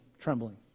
trembling